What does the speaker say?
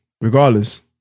regardless